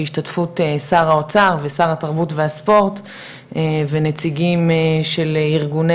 בהשתתפות שר האוצר ושר התרבות והספורט ונציגים של ארגוני